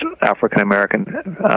African-American